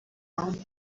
amb